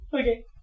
Okay